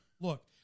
look